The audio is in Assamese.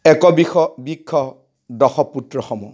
এক বিষ বৃক্ষ দশ পুত্ৰ সম